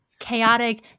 chaotic